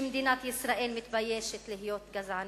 שמדינת ישראל מתביישת להיות גזענית,